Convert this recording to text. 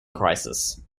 crisis